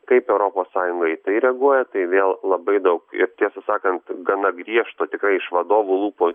kaip europos sąjunga į tai reaguoja tai vėl labai daug ir tiesą sakant gana griežto tikrai iš vadovų lūpų